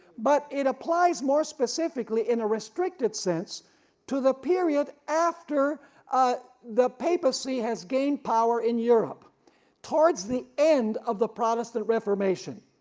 but it applies more specifically in a restricted sense to the period after ah the papacy has gained power in europe towards the end of the protestant reformation.